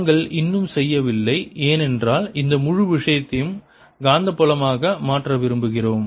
நாங்கள் இன்னும் செய்யவில்லை ஏனென்றால் இந்த முழு விஷயத்தையும் காந்தப்புலமாக மாற்ற விரும்புகிறோம்